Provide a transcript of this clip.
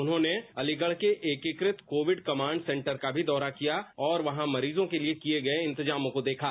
उन्होंने अलीगढ़ के एकीकृत कोविड कमांड सेंटर का भी दौरा किया और वहां मरीजों के लिए किए गए इंतजामों को देखा